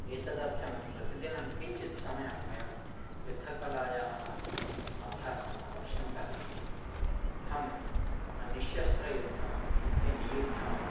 एतदर्थं प्रतिदिनं किञ्चित् समयं वयं युद्धकलायाः अभ्यासं अवश्यं करणीयम् अहं निश्शस्त्रयुद्धम् इत्युक्ते नियुद्धम्